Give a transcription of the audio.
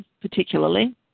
particularly